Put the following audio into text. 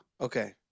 Okay